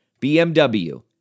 BMW